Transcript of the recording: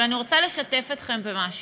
אבל אני רוצה לשתף אתכם במשהו.